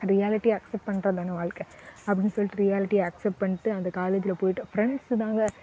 ரியாலிட்டியை accept பண்ணுறது தானே வாழ்க்கை அப்படின்னு சொல்லிட்டு ரியாலிட்டியை அக்ஸ்சப்ட் பண்ணிட்டு அந்த காலேஜில் போய்ட்டு ப்ரண்ட்ஸ் தான்ங்க